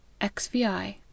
xvi